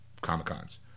Comic-Cons